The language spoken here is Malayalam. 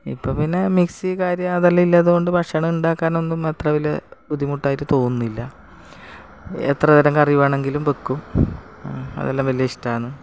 ഇപ്പം പിന്നെ മിക്സി കാര്യം അതെല്ലാം ഇല്ലതു കൊണ്ടു ഭക്ഷണമുണ്ടാക്കാനൊന്നും അത്ര വലിയ ബുദ്ധിമുട്ടായിട്ടു തോന്നുന്നില്ല എത്ര തരം കറി വേണമെങ്കിലും വെക്കും അതെല്ലാം വലിയ ഇഷ്ടമാണ്